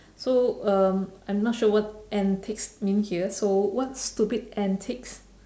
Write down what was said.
so um I'm not sure what antics mean here so what stupid antics